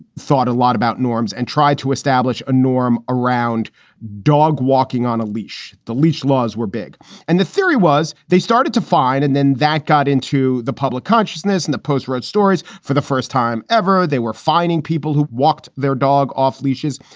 thought a lot about norms and tried to establish a norm around dog walking on a leash. leash laws were big and the theory was they started to fine. and then that got into the public consciousness and the post wrote stories. for the first time ever, they were fining people who walked their dog off leashes.